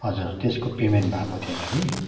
हजुर त्यस्को पेमेन्ट भएको थिएन कि